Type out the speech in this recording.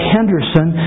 Henderson